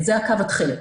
זה הקו התכלת.